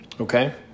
Okay